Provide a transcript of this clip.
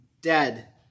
dead